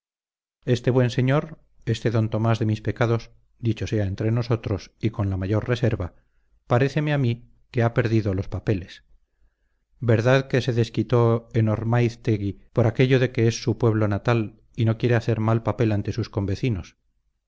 este buen señor este d tomás de mis pecados dicho sea entre nosotros con la mayor reserva paréceme a mí que ha perdido los papeles verdad que se desquitó en ormáiztegui por aquello de que es su pueblo natal y no quiere hacer mal papel ante sus convecinos